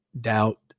doubt